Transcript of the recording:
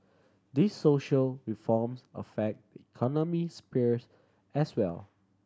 these social reforms affect the economic spheres as well